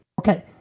okay